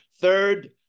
third